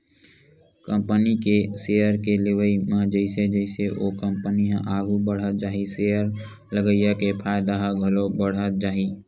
company के share के लेवई म जइसे जइसे ओ कंपनी ह आघू बड़हत जाही सेयर लगइया के फायदा ह घलो बड़हत जाही